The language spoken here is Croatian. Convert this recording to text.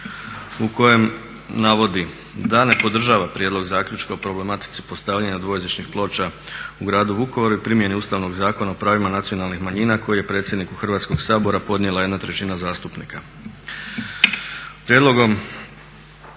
u kojem navodi da ne podržava Prijedlog zaključka o problematici postavljanja dvojezičnih ploča u gradu Vukovaru i primjeni Ustavnog zakona o pravima nacionalnih manjina koji je predsjedniku Hrvatskoga sabora podnijela jedna trećina zastupnika. Prijedlogom